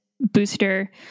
booster